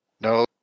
No